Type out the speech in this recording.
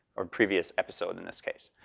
or previous episode in this case.